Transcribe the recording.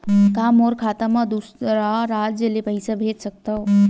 का मोर खाता म दूसरा राज्य ले पईसा भेज सकथव?